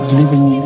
living